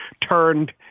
turned